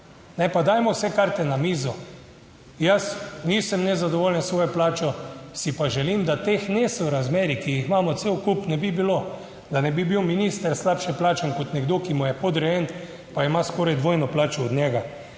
Ne pa dajmo vse karte na mizo. Jaz nisem nezadovoljen s svojo plačo, si pa želim, da teh nesorazmerij, ki jih imamo cel kup, ne bi bilo, da ne bi bil minister slabše plačan kot nekdo, ki mu je podrejen pa ima skoraj dvojno plačo od njega.